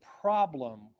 problem